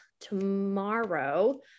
tomorrow